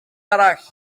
arall